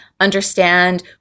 understand